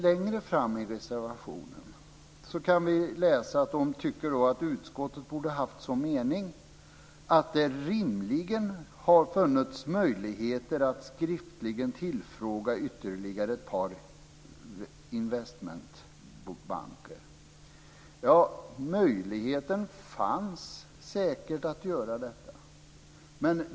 Längre fram i reservationen framgår det att reservanterna tycker att utskottet borde ha haft som sin mening att det rimligen har funnits möjligheter att skriftligen tillfråga ytterligare ett par investmentbanker. Möjligheten fanns säkert att göra detta.